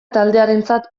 taldearentzat